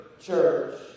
church